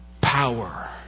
power